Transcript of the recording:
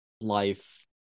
life